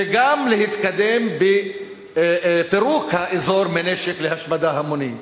וגם להתקדם בפירוק האזור מנשק להשמדה המונית.